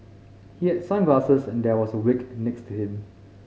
he had sunglasses and there was a wig next to him